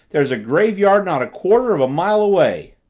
there's a graveyard not a quarter of a mile away.